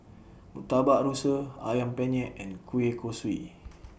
Murtabak Rusa Ayam Penyet and Kueh Kosui